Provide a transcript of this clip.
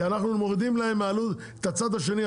כי אנחנו מורידים להם את הצד השני,